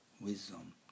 wisdom